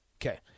Okay